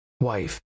wife